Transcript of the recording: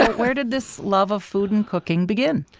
where did this love of food and cooking begin?